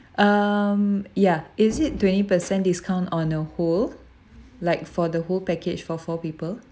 um yeah is it twenty percent discount on a whole like for the whole package for four people